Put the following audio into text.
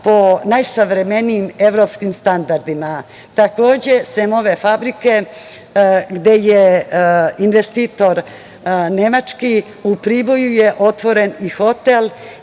po najsavremenijim evropskim standardima. Takođe, sem ove fabrike gde je investitor nemački, u Priboju je otvoren i hotel